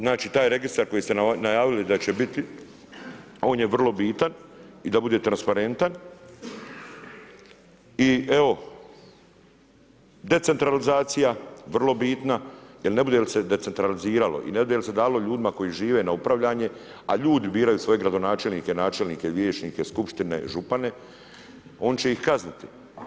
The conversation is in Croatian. Znači taj registar koji ste najavili da će biti on je vrlo bitan i da bude transparentan i evo decentralizcija vrlo bitno jel ne bude li se decentraliziralo i ne bude li se dalo ljudima koji žive na upravljanje, a ljudi biraju svoje gradonačelnike, načelnike, vijećnike skupštine, župane oni će ih kazniti.